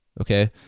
Okay